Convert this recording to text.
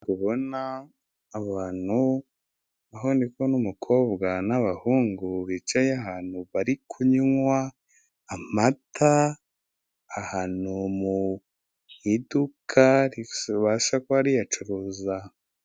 Kubona abantu aho ndi kubona ubukobwa n'abahungu bicaye ahantu bari kunywa amata, ahantu mu iduka ribasha kubasha kuba ariyacuruza.